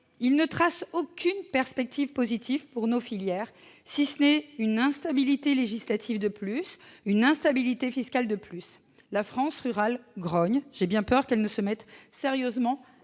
ne trace aucune perspective positive pour nos filières ; elle ne fait que créer une instabilité législative de plus, une instabilité fiscale de plus. La France rurale grogne. J'ai bien peur qu'elle ne se mette sérieusement